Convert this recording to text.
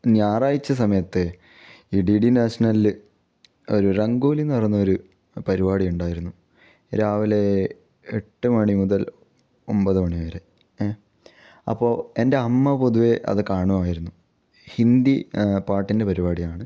ഞായറാഴ്ച സമയത്ത് ഈ ഡി ഡി നാഷനലിൽ ഒരു രങ്കോലി എന്ന് പറയുന്നൊരു പരിപാടി ഉണ്ടായിരുന്നു രാവിലെ എട്ട് മണി മുതൽ ഒമ്പത് മണി വരെ ഏ അപ്പോൾ എന്റെ അമ്മ പൊതുവെ അത് കാണുമായിരുന്നു ഹിന്ദി പാട്ടിൻ്റെ പരിപാടിയാണ്